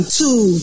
two